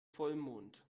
vollmond